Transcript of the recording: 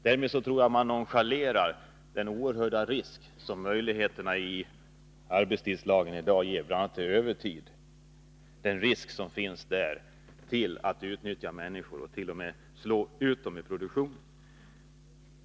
Jag tror att man därmed nonchalerar den oerhörda risk som möjligheterna i arbetstidslagen i dag ger, bl.a. till övertid, och att människor utnyttjas och t.o.m. slås ut ur produktionen.